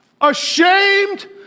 ashamed